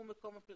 טור ה'